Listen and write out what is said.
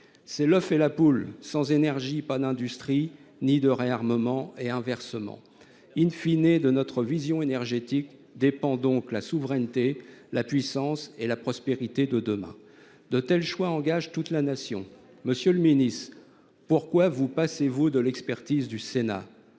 C’est l’œuf et la poule : sans énergie, pas d’industrie ni de réarmement, et inversement., de notre vision énergétique dépendent la souveraineté, la puissance et la prospérité de demain. De tels choix engagent toute la Nation. Monsieur le ministre, pourquoi vous passez vous de l’expertise du Sénat ?